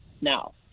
Now